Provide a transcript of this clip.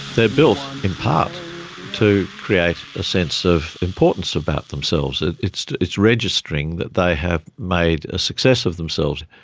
they're built in part to create a sense of importance about themselves. ah it's it's registering that they have made a success of themselves.